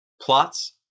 plots